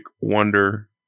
wonder